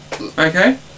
Okay